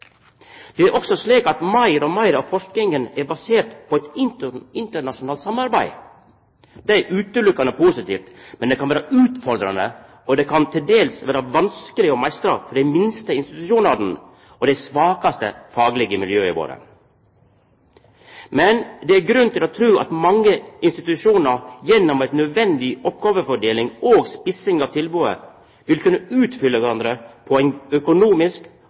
Det er også slik at meir og meir av forskinga er basert på eit internasjonalt samarbeid. Det er utelukkande positivt, men det kan vera utfordrande og til dels vanskeleg å meistra for dei minste institusjonane og dei svakaste faglege miljøa våre. Men det er grunn til å tru at mange institusjonar gjennom ei nødvendig oppgåvefordeling og spissing av tilbodet vil kunna utfylla kvarandre på ein økonomisk